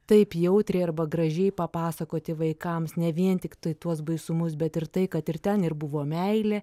taip jautriai arba gražiai papasakoti vaikams ne vien tiktai tuos baisumus bet ir tai kad ir ten ir buvo meilė